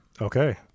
Okay